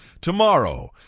tomorrow